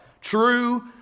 true